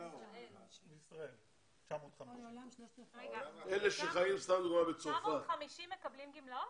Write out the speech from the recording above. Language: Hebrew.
בישראל 950. 950 מקבלים גמלאות?